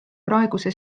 praeguse